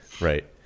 Right